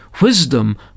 wisdom